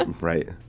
Right